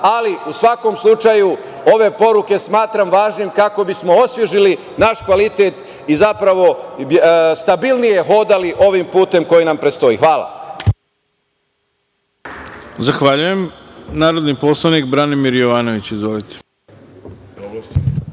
ali u svakom slučaju ove poruke smatram važnim kako bismo osvežili naš kvalitet i zapravo stabilnije hodali ovim putem koji nam predstoji. Hvala. **Ivica Dačić** Zahvaljujem. Reč ima narodni poslanik Branimir Jovanović. Izvolite.